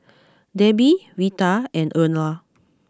Debbie Veta and Erla